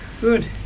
good